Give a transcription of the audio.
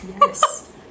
yes